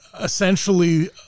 essentially